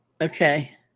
Okay